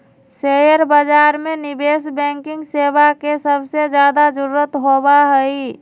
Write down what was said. share बाजार में निवेश बैंकिंग सेवा के सबसे ज्यादा जरूरत होबा हई